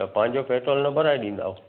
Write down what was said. त पंहिंजो पेट्रोल न भराए ॾींदव